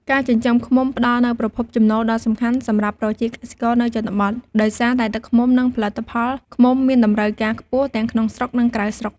ការចិញ្ចឹមឃ្មុំផ្តល់នូវប្រភពចំណូលដ៏សំខាន់សម្រាប់ប្រជាកសិករនៅជនបទ ដោយសារតែទឹកឃ្មុំ និងផលិតផលឃ្មុំមានតម្រូវការខ្ពស់ទាំងក្នុងស្រុក និងក្រៅស្រុក។